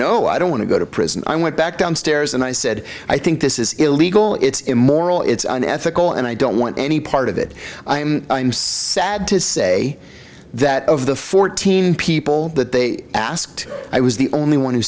no i don't want to go to prison i went back downstairs and i said i think this is illegal it's immoral it's unethical and i don't want any part of it i'm sad to say that of the fourteen people that they asked i was the only one who